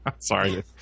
sorry